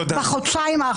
בחודשיים האחרונים.